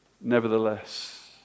nevertheless